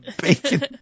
bacon